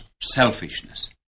selfishness